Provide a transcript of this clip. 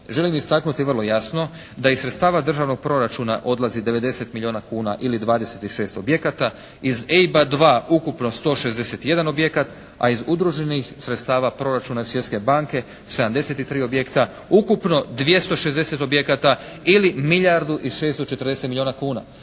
želim istaknuti vrlo jasno da iz sredstava državnog proračuna odlazi 90 milijuna kuna ili 26 objekata, iz EIB-a dva, ukupno 161 objekat a iz udruženih sredstava proračuna Svjetske banke 73 objekta, ukupno 260 objekata ili milijardu i 640 milijuna kuna.